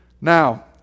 now